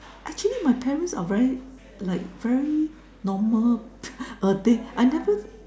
actually my parents are very like very normal uh they I never